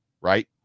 right